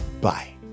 Bye